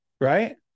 Right